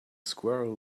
squirrel